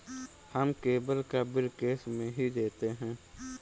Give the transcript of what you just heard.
हम केबल का bill cash में ही देते हैं